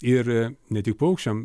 ir ne tik paukščiam